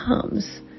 comes